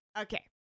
Okay